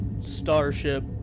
starship